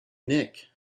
nick